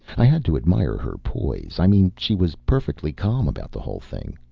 i had to admire her poise. i mean she was perfectly calm about the whole thing.